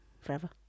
forever